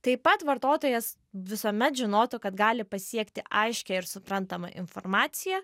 taip pat vartotojas visuomet žinotų kad gali pasiekti aiškią ir suprantamą informaciją